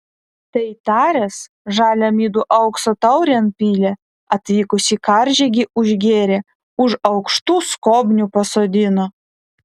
tai taręs žalią midų aukso taurėn pylė atvykusį karžygį užgėrė už aukštų skobnių pasodino